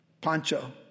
Pancho